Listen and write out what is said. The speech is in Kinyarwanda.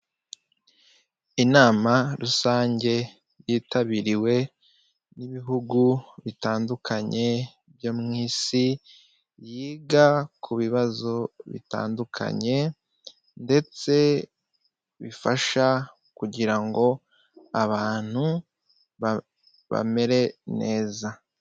Inama rusange yitabiriwe n'ibihugu bitandukanye byo mu isi, yiga ku bibazo bitandukanye ndetse bifasha kugira ngo abantu bamere neza.